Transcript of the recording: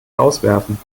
rauswerfen